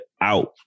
out